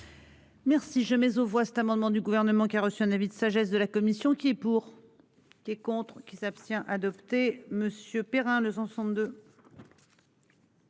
Merci je mets aux voix cet amendement du gouvernement qui a reçu un avis de sagesse de la commission qui est pour, des contres qui s'abstient adopté monsieur Perrin ne 162.